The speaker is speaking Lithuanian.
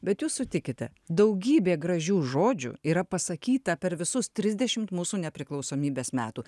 bet jūs sutikite daugybė gražių žodžių yra pasakyta per visus trisdešimt mūsų nepriklausomybės metų